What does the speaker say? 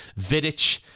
Vidic